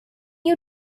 you